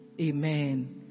Amen